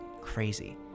crazy